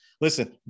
Listen